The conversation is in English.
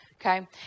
Okay